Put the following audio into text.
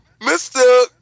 Mr